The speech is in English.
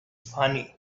funny